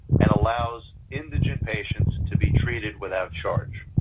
and allows indigent patients to be treated without charge.